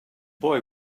boy